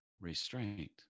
restraint